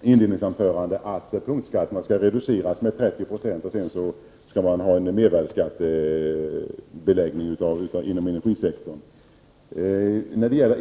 nämligen den att punktskatterna skall reduceras med 30 96, varefter det blir en mervärdeskatt inom energisektorn?